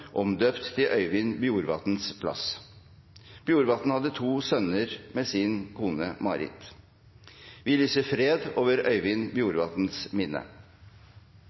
omdøpt til Øyvind Bjorvatns plass. Bjorvatn hadde to sønner med sin kone Marit. Vi lyser fred over Øyvind Bjorvatns minne.